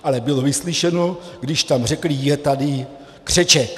Ale bylo vyslyšeno, když tam řekli: je tady křeček.